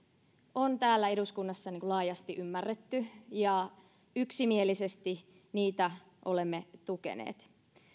on täällä eduskunnassa laajasti ymmärretty ja yksimielisesti niitä olemme tukeneet